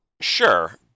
Sure